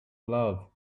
love